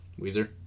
Weezer